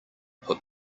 put